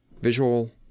visual